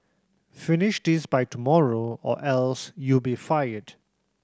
finish this by tomorrow or else you'll be fired